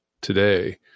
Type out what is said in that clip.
today